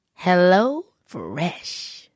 HelloFresh